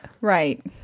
Right